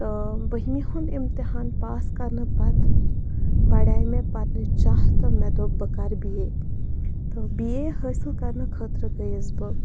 بہمہِ ہُنٛد اِمتِحان پاس کَرنہٕ پَتہٕ بڈییہِ مےٚ پَرنٕچ چاہ تہٕ مےٚ دوٚپ بہٕ کَر بی اے تہِ بی اے حٲصِل کَرنہٕ خٲطرٕ گٔیَس بہٕ